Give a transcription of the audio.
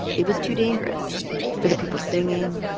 it was too dangerous for the people singing,